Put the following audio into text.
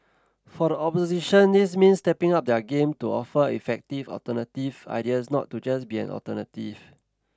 for the opposition this means stepping up their game to offer effective alternative ideas not to just be an alternative